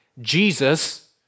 Jesus